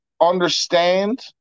understand